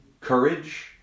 courage